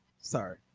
Sorry